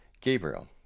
Gabriel